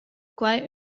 quai